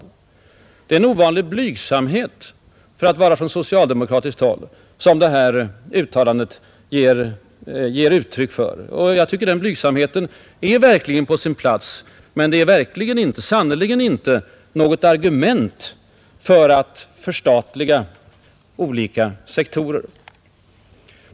Det är en ovanlig blygsamhet för att komma från socialdemokratiskt håll som uttalandet ger uttryck för. Jag tycker att blygsamheten är på sin plats, men det utgör sannerligen inte något bärande argument för att förstatliga olika sektorer.